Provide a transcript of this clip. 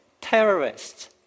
terrorists